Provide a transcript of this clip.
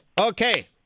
Okay